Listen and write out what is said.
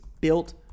Built